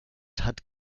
hat